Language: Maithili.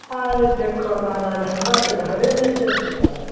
हाय देखो महराज हमरा तऽ घरे नहि छै हमरा पता